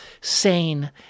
sane